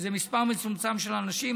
שזה מספר מצומצם של אנשים.